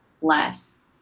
less